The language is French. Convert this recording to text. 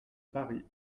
paris